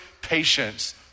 patience